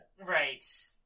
right